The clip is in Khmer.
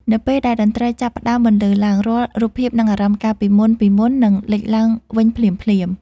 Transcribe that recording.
នៅពេលដែលតន្ត្រីចាប់ផ្ដើមបន្លឺឡើង រាល់រូបភាព និងអារម្មណ៍កាលពីមុនៗនឹងលេចឡើងវិញភ្លាមៗ